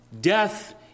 Death